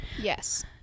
Yes